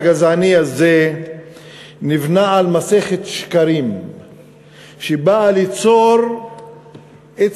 החוק הגזעני הזה נבנה על מסכת שקרים שבאה ליצור אצל